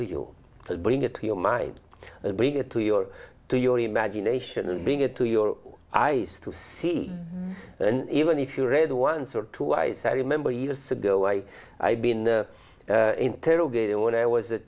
to you to bring it to your mind and bring it to your to your imagination and bring it to your eyes to see and even if you read once or twice i remember years ago i had been interrogated when i was a